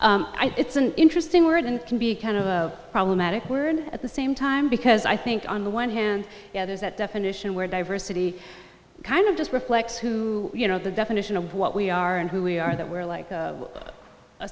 think it's an interesting word and can be kind of a problematic word at the same time because i think on the one hand there's that definition where diversity kind of just reflects who you know the definition of what we are and who we are that we're like